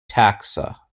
taxa